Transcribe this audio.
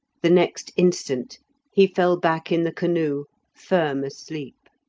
the next instant he fell back in the canoe firm asleep.